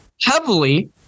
heavily